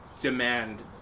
Demand